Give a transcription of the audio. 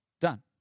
Done